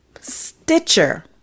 Stitcher